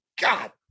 God